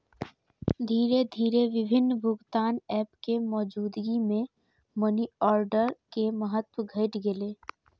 धीरे धीरे विभिन्न भुगतान एप के मौजूदगी मे मनीऑर्डर के महत्व घटि गेलै